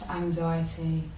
anxiety